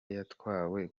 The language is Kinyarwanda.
yatwawe